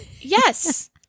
Yes